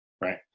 right